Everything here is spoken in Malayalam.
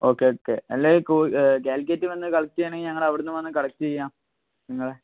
ഓക്കേ ഓക്കേ എല്ലാവരെയും കാലിക്കറ്റ് വന്ന് കളക്ട് ചെയ്യണമെങ്കിൽ ഞങ്ങൾ അവിടുന്ന് വന്ന് കളക്ട് ചെയ്യാം നിങ്ങളെ